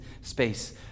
space